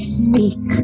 speak